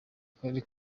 akarere